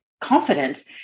confidence